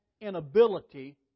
inability